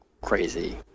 crazy